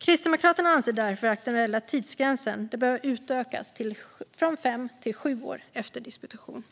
Kristdemokraterna anser därför att den aktuella tidsgränsen bör utökas från fem till sju år efter disputation.